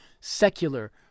secular